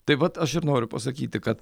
tai vat aš ir noriu pasakyti kad